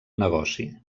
negoci